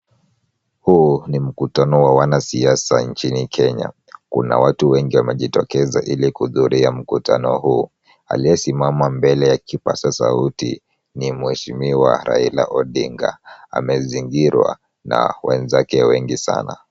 Huu ni mkutano wa wanasiasa nchini kenya. Kuna watu wengi wamejitokeza ili kuhudhuria mkutano huo. Aliyesimama mbele ya kipasasauti ni mheshimiwa Raila Odinga. Amezingirwa na wenzake wengi sana.